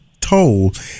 told